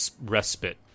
respite